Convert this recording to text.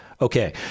Okay